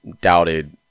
doubted